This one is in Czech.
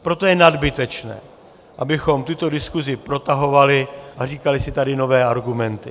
Proto je nadbytečné, abychom tuto diskuzi protahovali a říkali si tady nové argumenty.